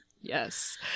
Yes